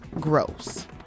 gross